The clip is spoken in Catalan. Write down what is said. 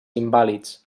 invàlids